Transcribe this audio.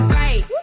right